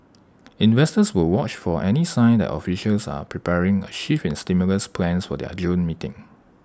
investors will watch for any sign that officials are preparing A shift in stimulus plans for their June meeting